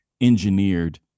engineered